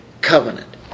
covenant